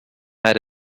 add